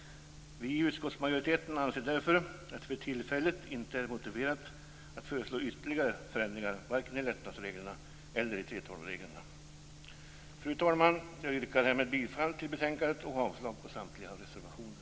Vi i utskottsmajoriteten anser därför att det för tillfället inte är motiverat att föreslå ytterligare förändringar vare sig i lättnadsreglerna eller i 3:12 Fru talman! Jag yrkar härmed bifall till betänkandet och avslag på samtliga reservationer.